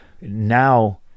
now